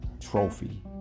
trophy